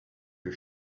are